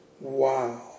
Wow